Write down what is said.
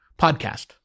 podcast